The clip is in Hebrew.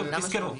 למה שלומי?